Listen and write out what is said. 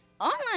online